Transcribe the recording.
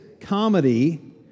comedy